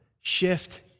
shift